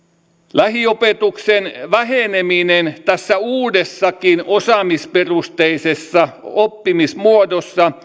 lähiopetuksen väheneminen tässä uudessakin osaamisperusteisessa oppimismuodossa